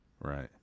Right